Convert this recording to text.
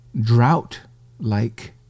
drought-like